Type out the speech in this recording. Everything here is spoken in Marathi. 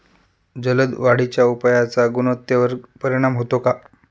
जलद वाढीच्या उपायाचा गुणवत्तेवर परिणाम होतो का?